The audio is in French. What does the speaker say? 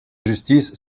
justice